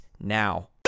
now